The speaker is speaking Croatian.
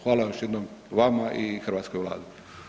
Hvala još jednom vama i hrvatskoj Vladi.